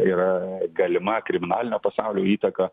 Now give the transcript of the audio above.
yra galima kriminalinio pasaulio įtaka